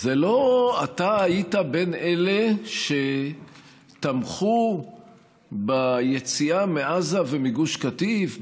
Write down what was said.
זה לא אתה היית בין אלה שתמכו ביציאה מעזה ומגוש קטיף?